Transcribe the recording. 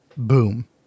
boom